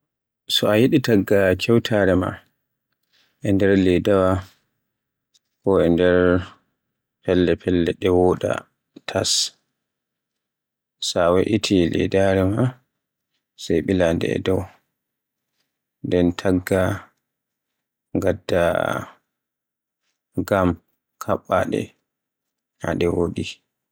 So a yiɗi tagga kewtaare maaɗa e nder ledaawa ko e nder felle-felle ɗe woɗa tas. Sa we'iti laydare maa sai ɓile nde e dow, nden tagga, ngadda gam kaɓɓaɗe taggaɗe naa ɗe woɗi.